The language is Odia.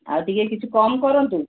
ଆଉ ଟିକେ କିଛି କମ୍ କରନ୍ତୁ